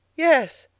yes,